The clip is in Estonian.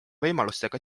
võimalustega